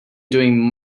doing